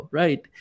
right